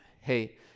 hey